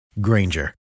Granger